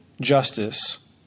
justice